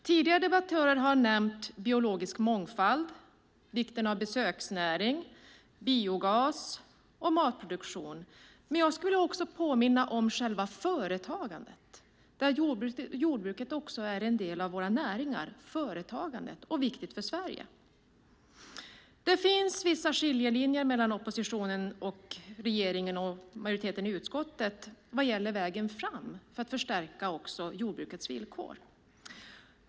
Tidigare debattörer har nämnt biologisk mångfald, vikten av besöksnäring, biogas och matproduktion. Men jag skulle också vilja påminna om själva företagandet, att jordbruket också är en del av våra näringar, företagandet, och viktigt för Sverige. Det finns vissa skiljelinjer mellan oppositionen och regeringen och majoriteten i utskottet vad gäller vägen fram för att förstärka jordbrukets villkor.